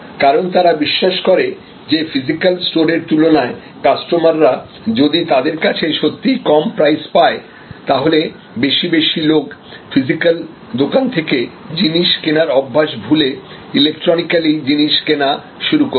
কারণ তারা বিশ্বাস করে যে ফিজিক্যাল স্টোর এর তুলনায় কাস্টমাররা যদি তাদের কাছে সত্যিই কম প্রাইস পায় তাহলে বেশি বেশি লোক ফিজিক্যাল দোকান থেকে জিনিস কেনার অভ্যাস ভুলে ইলেকট্রনিকালি জিনিস কেনা শুরু করবে